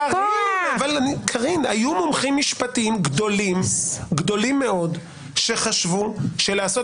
היו מומחים משפטיים גדולים מאוד שחשבו שלעשות